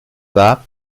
war